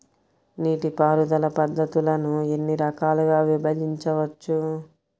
నీటిపారుదల పద్ధతులను ఎన్ని రకాలుగా విభజించవచ్చు?